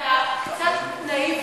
חבר הכנסת נחמן שי, אתה קצת נאיבי.